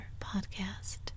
podcast